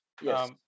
yes